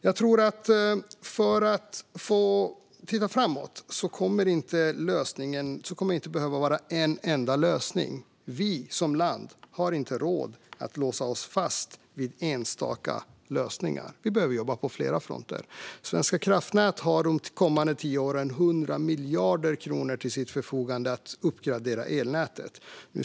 Framåt är det inte en enda lösning som kommer att behövas. Vi som land har inte råd att låsa fast oss vid enstaka lösningar, utan vi behöver jobba på flera fronter. Svenska kraftnät har de kommande tio åren 100 miljarder kronor till sitt förfogande för att uppgradera elnätet.